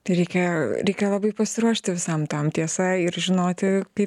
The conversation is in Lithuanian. tai reikia reikia labai pasiruošti visam tam tiesa ir žinoti kaip